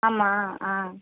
ஆமாம் ஆ